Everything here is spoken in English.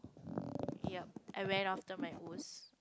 yup I went after my O's